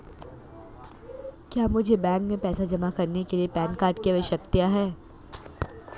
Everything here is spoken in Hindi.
क्या मुझे बैंक में पैसा जमा करने के लिए पैन कार्ड की आवश्यकता है?